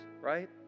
right